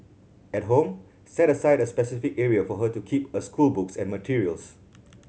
at home set aside a specific area for her to keep her schoolbooks and materials